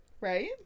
right